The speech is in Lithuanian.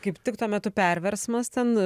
kaip tik tuo metu perversmas ten